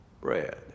bread